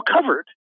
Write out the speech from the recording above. covered